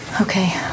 Okay